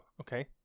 Okay